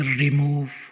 remove